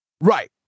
Right